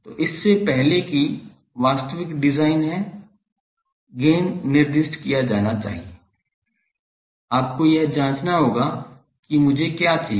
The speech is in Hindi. तो इससे पहले कि वास्तविक डिजाइन है गेन निर्दिष्ट किया जाना चाहिए आपको यह जांचना होगा कि मुझे क्या चाहिए